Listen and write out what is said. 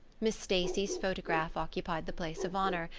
miss stacy's photograph occupied the place of honor,